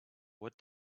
what